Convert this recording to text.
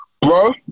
Bro